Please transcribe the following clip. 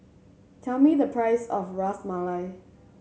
tell me the price of Ras Malai